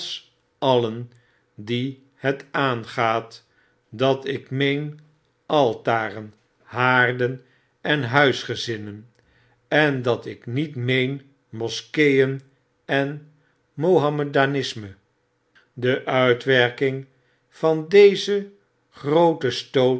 alien die het aangaat dat ik meen altaren haarden enhuisgezinnen en dat ik niet meen moskeeen en manomedanisme f de uitwerking van dezen grooten